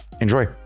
Enjoy